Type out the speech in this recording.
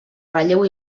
relleu